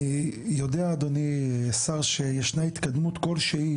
אני יודע אדוני השר שישנה התקדמות כלשהי